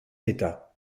état